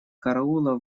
караула